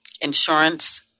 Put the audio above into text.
insurance